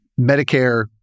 Medicare